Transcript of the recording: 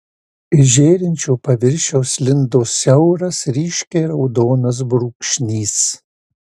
iš žėrinčio paviršiaus lindo siauras ryškiai raudonas brūkšnys